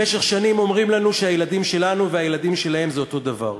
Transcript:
במשך שנים אומרים לנו שהילדים שלנו והילדים שלהם זה אותו דבר,